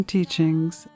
Teachings